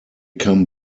come